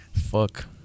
fuck